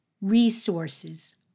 resources